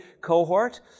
cohort